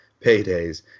paydays